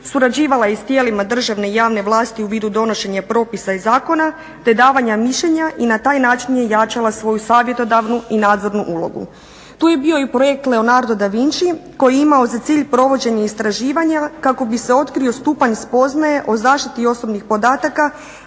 Surađivala je i s tijelima državne i javne vlasti u vidu donošenja propisa i zakona te davanja mišljenja i na taj način je jačala svoju savjetodavnu i nadzornu ulogu. Tu je bio i projekt Leonardo DaVinci koji je imao za cilj provođenje istraživanja kako bi se otkrio stupanj spoznaje o zaštiti osobnih podataka